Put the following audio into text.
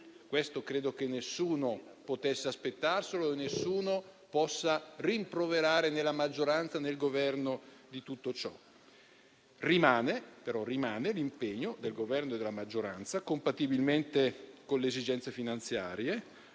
decenni. Credo che nessuno potesse aspettarselo e che nessuno possa rimproverare né la maggioranza, né il Governo di tutto ciò. Rimane, però, l'impegno del Governo e della maggioranza, compatibilmente con le esigenze finanziarie,